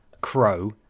crow